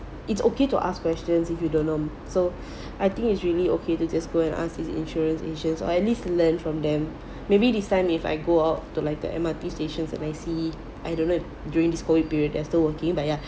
it's okay to ask questions if you don't know so I think it's really okay to just go and ask these insurance agents or at least learn from them maybe this time if I go out to like the M_R_T stations and I see I don't know if during this COVID period they're still working but ya